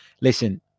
Listen